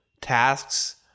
tasks